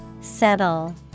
Settle